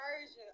version